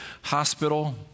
hospital